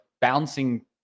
bouncing